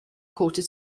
quarter